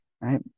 Right